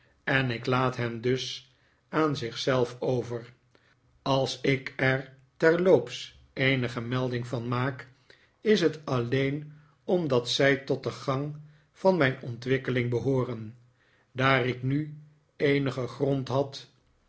en ik laat hen dus aan zich zelf over als ik er terloops eenige melding van maak is het alleen omdat zij tot den gang van mijn ohtwikkeling behooren daar ik nu eenigen grond had